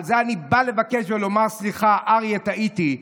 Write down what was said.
"על זה אני בא לבקש ולומר: סליחה אריה, טעיתי".